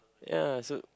ya so